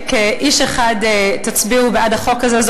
שכאיש אחד תצביעו בעד החוק הזה.